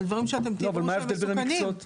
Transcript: אבל דברים שאתם תדעו שהם מסוכנים.